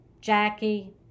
Jackie